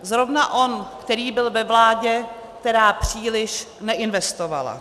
Zrovna on, který byl ve vládě, která příliš neinvestovala.